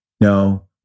No